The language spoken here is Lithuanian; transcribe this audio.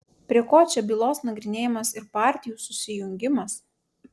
prie ko čia bylos nagrinėjimas ir partijų susijungimas